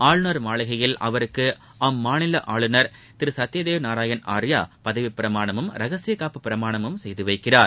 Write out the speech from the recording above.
ஆளுநர் மாளிகையில் அவருக்கு அந்த மாநில ஆளுநர் திரு சத்தியதேவ் நாராயண் ஆர்யா பதவிப் பிரமாணமும் ரகசிய காப்பு பிரமாணமும் செய்து வைக்கிறார்